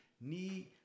need